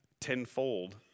tenfold